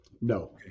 no